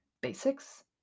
Basics